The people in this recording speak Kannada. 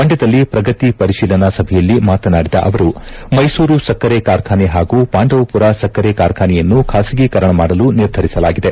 ಮಂಡ್ಲದಲ್ಲಿ ಶ್ರಗತಿ ಪಂಶೀಲನಾ ಸಭೆಯಲ್ಲಿ ಮಾತನಾಡಿದ ಅವರು ಮೈಸೂರು ಸಕ್ಕರೆ ಕಾರ್ಖಾನೆ ಹಾಗೂ ಪಾಂಡವಪುರ ಸಕ್ಕರೆ ಕಾರ್ಖಾನೆಯನ್ನು ಖಾಸಗೀಕರಣ ಮಾಡಲು ನಿರ್ಧರಿಸಲಾಗಿದೆ